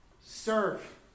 serve